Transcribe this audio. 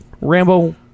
rambo